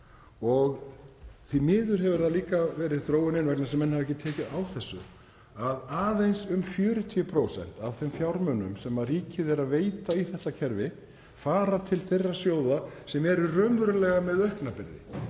Því miður hefur það líka verið þróunin, vegna þess að menn hafa ekki tekið á þessu, að aðeins um 40% af þeim fjármunum sem ríkið er að veita í þetta kerfi fara til þeirra sjóða sem eru raunverulega með aukna byrði.